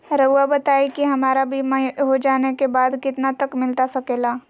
रहुआ बताइए कि हमारा बीमा हो जाने के बाद कितना तक मिलता सके ला?